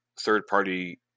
third-party